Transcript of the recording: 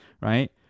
right